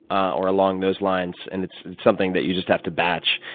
or along those lines. and it's something that you just have to batch.